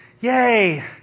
yay